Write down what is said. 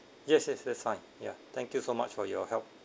yes yes just sign yeah thank you so much for your help